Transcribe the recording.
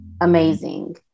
amazing